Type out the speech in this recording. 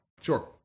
Sure